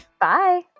Bye